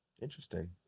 Interesting